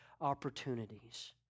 opportunities